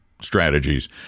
strategies